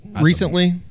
recently